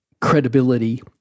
credibility